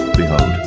Behold